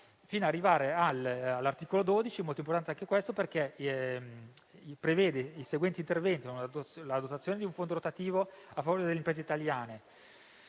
molto importante. L'articolo 12, molto importante anche questo, prevede i seguenti interventi: la dotazione di un fondo rotativo a favore delle imprese italiane